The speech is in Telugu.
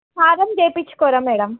హారం చేయించుకోరా మేడం